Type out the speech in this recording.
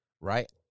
right